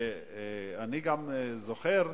אני גם זוכר,